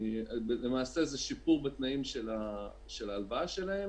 למעשה, זה שיפור בתנאים של ההלוואה שלהם.